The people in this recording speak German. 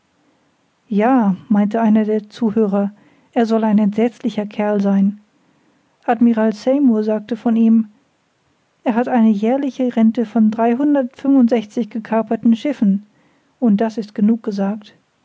ja meinte einer der zuhörer er soll ein entsetzlicher kerl sein admiral seymur sagte von ihm er hat eine jährliche rente von gekaperten schiffen und das ist genug gesagt